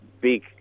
big